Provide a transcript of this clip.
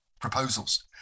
proposals